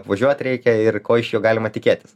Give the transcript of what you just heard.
apvažiuot reikia ir ko iš jo galima tikėtis